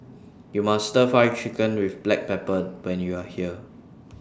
YOU must Stir Fried Chicken with Black Pepper when YOU Are here